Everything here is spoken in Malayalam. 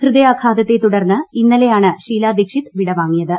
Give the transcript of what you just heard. ഹൃദയാഘാതത്തെ തുടർന്ന് ഇന്നലെയാണ് ഷീലാ ദീക്ഷിത് വിടവാങ്ങിയത്